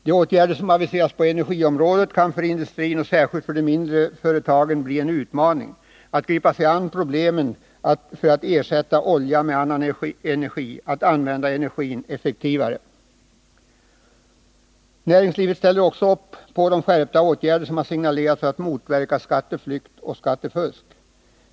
De åtgärder som aviseras på energiområdet kan för industrin och särskilt för de mindre företagen bli en utmaning, t.ex. till att gripa sig an problemen för att ersätta olja med annan energi, att använda energin effektivare. Näringslivet ställer också upp på de skärpta åtgärder som har signalerats för att motverka skatteflykt och skattefusk.